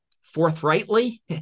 forthrightly